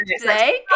today